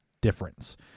difference